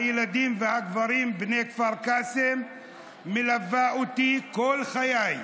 הילדים והגברים בני כפר קאסם מלווה אותי כל חיי,